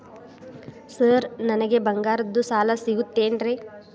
Sir ನನಗೆ ಬಂಗಾರದ್ದು ಸಾಲ ಸಿಗುತ್ತೇನ್ರೇ?